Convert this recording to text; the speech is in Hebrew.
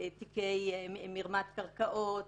מרמה בקרקעות